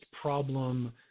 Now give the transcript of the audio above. problem